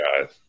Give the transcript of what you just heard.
guys